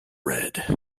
red